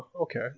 Okay